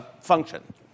function